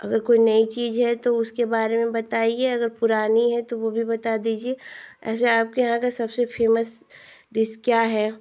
अगर कोई नई चीज़ है तो उसके बारे में बताइए अगर पुरानी है तो वह भी बता दीजिए ऐसे आपके यहाँ का सबसे फ़ेमस डिश क्या है